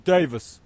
Davis